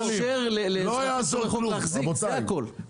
לא יעזור כלום רבותי,